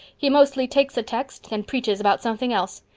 he mostly takes a text and preaches about something else.